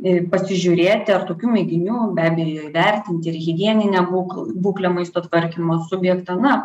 i pasižiūrėti ar tokių mėginių be abejo vertinti ir higieninę būklę būklę maisto tvarkymo subjekte na